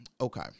okay